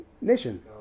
nation